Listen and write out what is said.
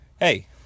Hey